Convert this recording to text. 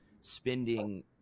spending